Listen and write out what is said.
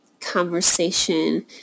conversation